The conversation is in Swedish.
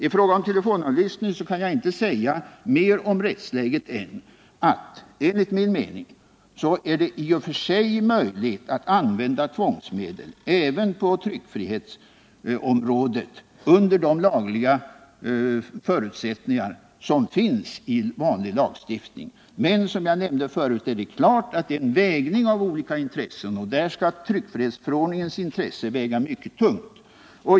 I fråga om telefonavlyssning kan jag inte säga mer om rättsläget än att det enligt min mening är i och för sig möjligt att använda tvångsmedel även på tryckfrihetsområdet under de förutsättningar som finns angivna i vanlig lagstiftning. Men som jag nämnde tidigare är det fråga om en avvägning mellan olika intressen, där tryckfrihetsförordningens intressen skall väga mycket tungt.